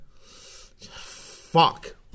Fuck